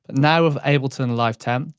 now, with ableton live ten,